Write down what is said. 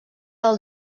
del